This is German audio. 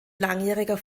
langjähriger